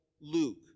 Luke